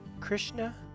Krishna